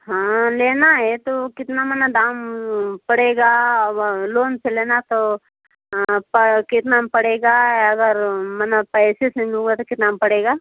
हाँ लेना है तो कितना माने दाम पड़ेगा लोन से लेना तो कितना पड़ेगा अगर माने पैसे से लूँगी तो कितने में पड़ेगा